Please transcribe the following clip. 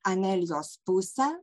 anelijos pusę